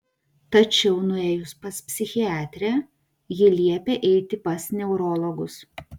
tačiau nuėjus pas psichiatrę ji liepė eiti pas neurologus